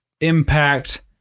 impact